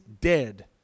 dead